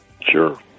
Sure